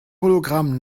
hologramm